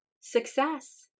success